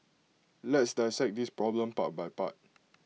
let's dissect this problem part by part